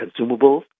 consumables